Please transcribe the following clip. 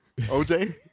OJ